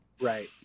Right